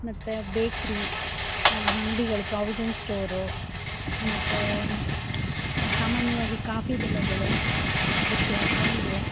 ಮತ್ತೆ ಬೇಕ್ರಿ ಅಂಗಡಿಗಳು provision store ಮತ್ತೆ ಸಾಮಾನ್ಯವಾಗಿ ಕಾಫಿ ಬೆಳೆಗಳು ಅಡಿಕೆ ತೆಂಗು